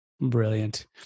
Brilliant